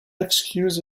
excuse